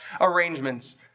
arrangements